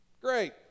Great